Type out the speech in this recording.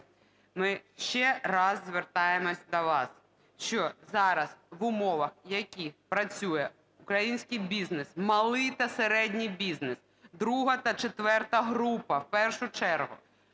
Ми ще раз звертаємось до вас, що зараз в умовах, в яких працює український бізнес, малий та середній бізнес друга та четверта група, в першу чергу.